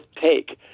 take